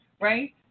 right